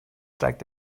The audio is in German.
steigt